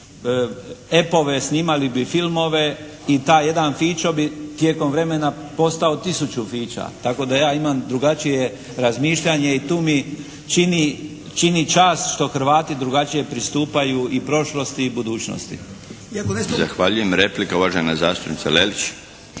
Zahvaljujem. Replika uvažena zastupnica Lelić.